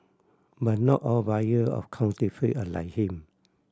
but not all buyer of counterfeit are like him